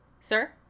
Sir